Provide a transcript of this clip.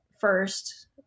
first